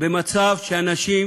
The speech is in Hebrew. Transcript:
במצב שאנשים